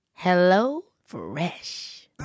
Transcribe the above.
HelloFresh